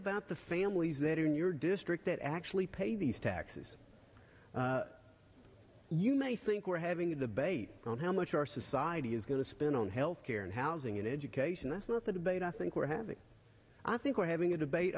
the families that are in your district that actually pay these taxes you may think we're having a debate on how much our society is going to spend on health care and housing and education that's not the debate i think we're having i think we're having a debate